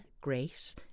Grace